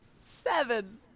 Seven